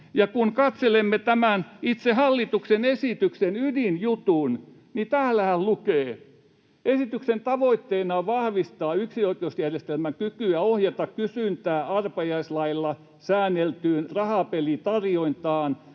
Kun katselemme tämän itse hallituksen esityksen ydinjutun, niin täällähän lukee: ”Esityksen tavoitteena on vahvistaa yksinoikeusjärjestelmän kykyä ohjata kysyntää arpajaislailla säänneltyyn rahapelitarjontaan